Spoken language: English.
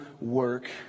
work